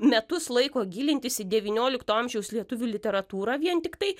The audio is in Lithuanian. metus laiko gilintis į devyniolikto amžiaus lietuvių literatūrą vien tiktai